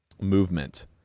movement